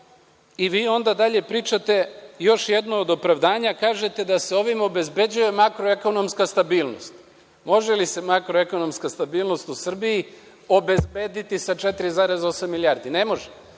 i vi onda dalje pričate, još jedno od opravdanja, kažete da se ovim obezbeđuje makro-ekonomska stabilnost. Može li se makro-ekonomska stabilnost u Srbiji obezbediti sa 4,8 milijardi? Ne može.